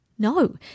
No